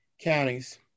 counties